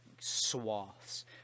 swaths